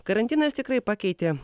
karantinas tikrai pakeitė